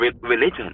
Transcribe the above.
religion